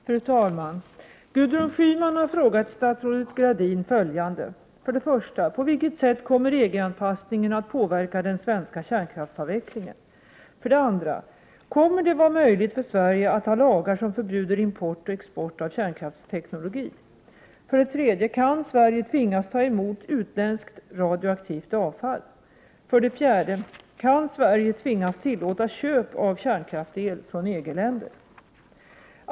Fru talman! Gudrun Schyman har frågat statsrådet Gradin följande: 1. På vilket sätt kommer EG-anpassningen att påverka den svenska kärnkraftsavvecklingen? 2. Kommer det vara möjligt för Sverige att ha lagar som förbjuder import och export av kärnkraftsteknologi? Kan Sverige tvingas ta emot utländskt radioaktivt avfall? Kan Sverige tvingas tillåta köp av kärnkraftel från EG-länder?